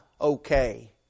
okay